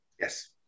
Yes